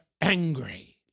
angry